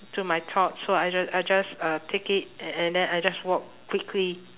to my thoughts so I ju~ I just uh take it a~ and then I just walk quickly